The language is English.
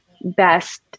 best